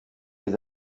les